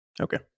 Okay